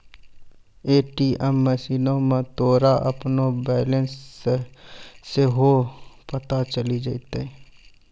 ATM मशीनो मे तोरा अपनो बैलेंस सेहो पता चलि जैतै